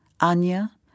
Anya